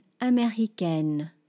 américaine